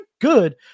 good